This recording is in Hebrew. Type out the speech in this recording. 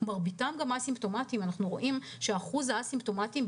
מרביתם א-סימפטומטיים ואנחנו רואים שאחוז הא-סימפטומטיים,